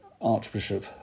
Archbishop